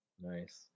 Nice